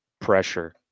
pressure